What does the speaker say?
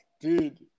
dude